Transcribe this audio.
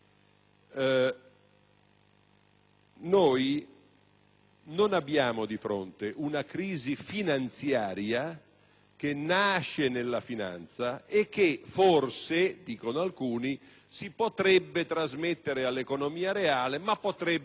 Noi non abbiamo di fronte una crisi finanziaria che nasce nella finanza e che forse - come dicono alcuni - potrebbe trasmettersi all'economia reale come potrebbe non trasmettersi: il Presidente